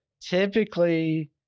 typically